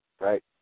right